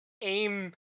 aim